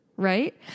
Right